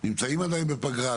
נמצאים עדיין בפגרה,